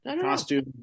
Costume